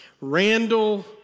Randall